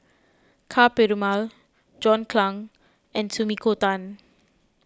Ka Perumal John Clang and Sumiko Tan